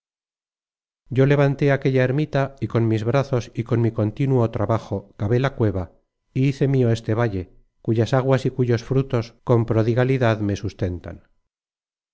yo levanté aquella ermita y con mis brazos y con mi contínuo trabajo cavé la cueva y hice mio este valle cuyas aguas y cuyos frutos con prodigalidad me sustentan